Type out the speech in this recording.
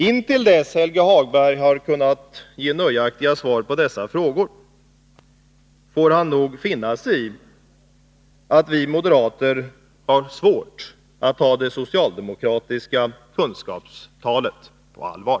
Intill dess Helge Hagberg har kunnat ge nöjaktiga svar på dessa frågor får han nog finna sig i att vi moderater har svårt att ta det socialdemokratiska kunskapstalet på allvar.